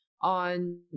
on